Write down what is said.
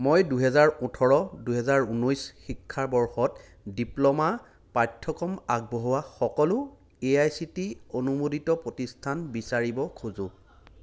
মই দুহেজাৰ ওঠৰ দুহেজাৰ ঊনৈছ শিক্ষাবৰ্ষত ডিপ্ল'মা পাঠ্যক্ৰম আগবঢ়োৱা সকলো A I C T E অনুমোদিত প্ৰতিষ্ঠান বিচাৰিব খোজো